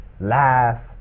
laugh